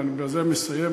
ואני בזה מסיים,